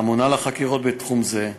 האמונה על החקירות בתחום זה.